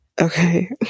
Okay